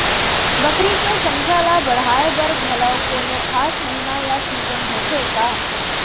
बकरी के संख्या ला बढ़ाए बर घलव कोनो खास महीना या सीजन होथे का?